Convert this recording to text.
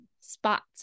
spots